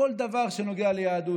כל דבר שנוגע ליהדות.